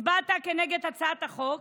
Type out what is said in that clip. הצבעת נגד הצעת החוק